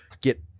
get